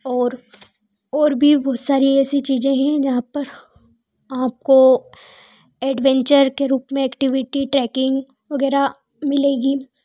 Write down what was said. और और और भी बहुत सारी ऐसी चीजे़ं हैं जहाँ पर आपको एडवेंचर के रूप में एक्टिविटी ट्रैकिंग वगैरह मिलेगी